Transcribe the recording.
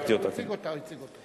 הצגתי אותה, הוא הציג אותה, הציג אותה.